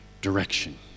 direction